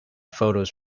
photos